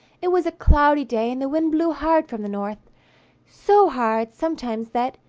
it was a cloudy day, and the wind blew hard from the north so hard sometimes that,